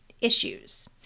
issues